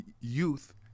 youth